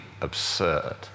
absurd